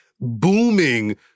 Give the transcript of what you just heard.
booming